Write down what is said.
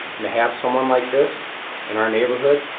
and to have someone like this in our neighborhood,